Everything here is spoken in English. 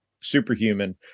superhuman